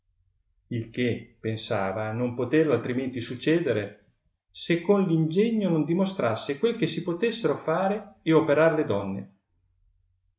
ti che pensava non poterle altrimenti succedere se con r ingegno non dimostrasse quel che si potessero fare e operar le donne